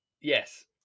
Yes